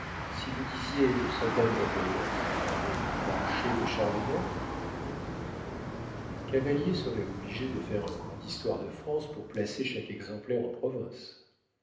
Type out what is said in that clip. si vous disiez le soldat de napoléon mais l'archer de charles ix cavalier serait obligé de faire un cours d'histoire de france pour placer chaque exemplaire en province